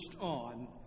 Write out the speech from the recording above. on